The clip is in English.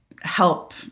help